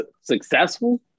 Successful